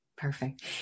Perfect